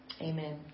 amen